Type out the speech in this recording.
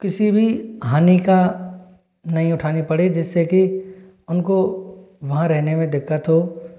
किसी भी हानि का नहीं उठानी पड़े जिससे कि उनको वहाँ रहने में दिक्कत हो